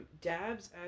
dabs